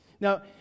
Now